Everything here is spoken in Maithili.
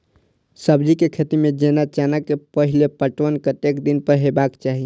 सब्जी के खेती में जेना चना के पहिले पटवन कतेक दिन पर हेबाक चाही?